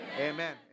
amen